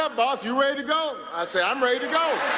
ah boss. you ready to go. i say i'm ready to go!